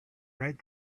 right